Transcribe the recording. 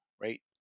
Right